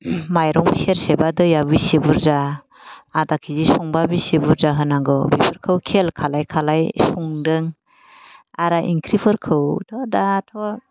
माइरं सेरसेबा दैया बेसे बुरजा आधा केजि संबा बेसे बुरजा होनांगौ बेफोरखौ खेल खालाय खालाय संदों आरो इंख्रि फोरखौ थ' दाथ'